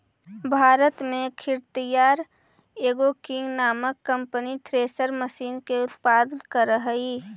भारत में अख्तियार Agro King नामक कम्पनी थ्रेसर मशीन के उत्पादन करऽ हई